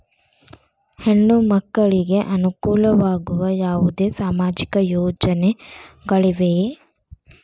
ಹೆಣ್ಣು ಮಕ್ಕಳಿಗೆ ಅನುಕೂಲವಾಗುವ ಯಾವುದೇ ಸಾಮಾಜಿಕ ಯೋಜನೆಗಳಿವೆಯೇ?